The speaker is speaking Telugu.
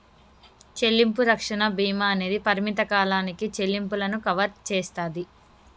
చెల్లింపు రక్షణ భీమా అనేది పరిమిత కాలానికి చెల్లింపులను కవర్ చేస్తాది